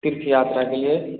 तीर्थ यात्रा के लिए